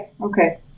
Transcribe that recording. okay